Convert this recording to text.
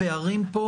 הפערים פה